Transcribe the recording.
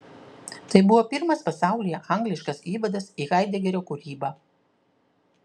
tai buvo pirmas pasaulyje angliškas įvadas į haidegerio kūrybą